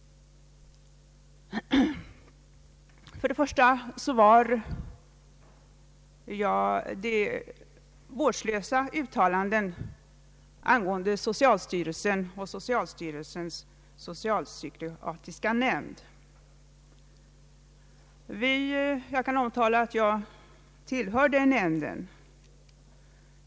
För det första gjordes vårdslösa uttalanden angående socialstyrelsen och socialstyrelsens socialpsykologiska nämnd. Jag kan omtala att jag tillhör denna nämnd.